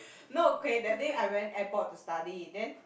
no K that day I went airport to study then